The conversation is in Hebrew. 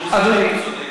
הוא צודק.